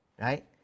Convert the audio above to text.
right